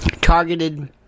targeted